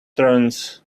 turns